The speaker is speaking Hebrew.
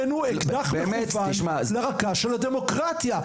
זה בעינינו אקדח שמכוון לרקה של הדמוקרטיה.